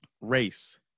race